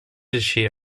així